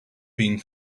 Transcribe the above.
being